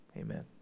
amen